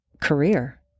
career